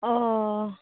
ᱚᱻ